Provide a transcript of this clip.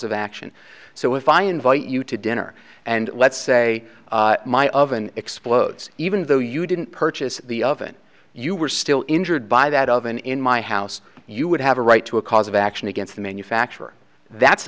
of action so if i invite you to dinner and let's say my oven explodes even though you didn't purchase the oven you were still injured by that oven in my house you would have a right to a cause of action against the manufacturer that's